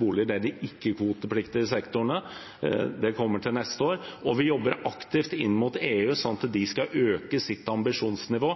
boliger – i ikke-kvotepliktig sektor. Det kommer til neste år. Vi jobber også aktivt inn mot EU for at de skal øke sitt ambisjonsnivå,